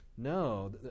No